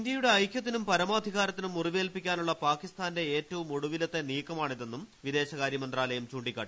ഇന്ത്യയുടെ ഐകൃത്തിനും പരമാധികാരത്തിനും മുറിവേൽപ്പിക്കാനുള്ള പാക്കിസ്ഥാന്റെ ഏറ്റവും ഒടു വിലത്തെ നീക്കമാണിതെന്നും വിദേശകാരൃ മന്ത്രാലയം ചൂണ്ടിക്കാട്ടി